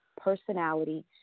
personality